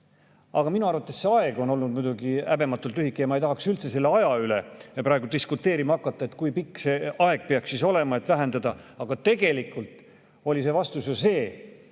ajas. Minu arvates see aeg on olnud muidugi häbematult lühike. Ma ei tahaks üldse selle aja üle praegu diskuteerima hakata, et kui pikk see aeg peaks olema, et vähendada. Aga tegelikult oli vastus ju see,